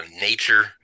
nature